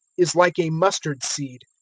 is like a mustard seed,